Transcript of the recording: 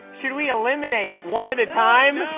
should we eliminate one at a time?